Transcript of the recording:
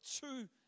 two